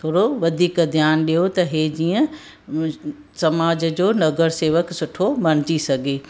थोरो वधीक ध्यानु ॾियो त हे जीअं समाज जो नगरसेवकु सुठो ॿणिजी सघे